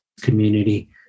community